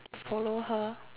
follow her